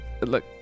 look